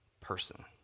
person